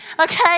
okay